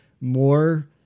more